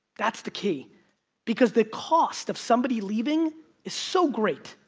that's the key because the cost of somebody leaving is so great,